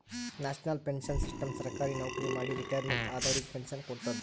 national pension system ಸರ್ಕಾರಿ ನವಕ್ರಿ ಮಾಡಿ ರಿಟೈರ್ಮೆಂಟ್ ಆದವರಿಗ್ ಪೆನ್ಶನ್ ಕೊಡ್ತದ್